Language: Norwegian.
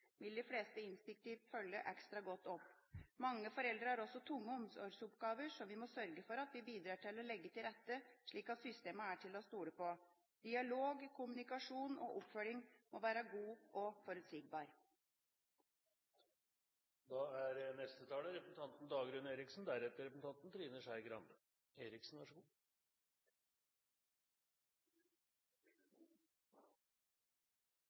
vil de fleste instinktivt følge ekstra godt opp. Mange foreldre har også tunge omsorgsoppgaver, så vi må sørge for at vi bidrar til å legge til rette slik at systemene er til å stole på. Det må være god og forutsigbar dialog, kommunikasjon og oppfølging. Hvis vi skal nå samme mål, er det å bli behandlet likt noe av det mest urettferdige som fins, fordi vi er så